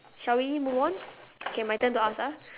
shall we move on okay my turn to ask ah